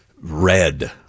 red